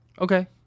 Okay